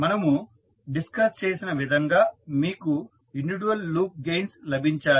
మనము డిస్కస్ చేసిన విధంగా మీకు ఇండివిడ్యువల్ లూప్ గెయిన్స్ లభించాయి